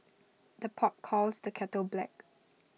the pot calls the kettle black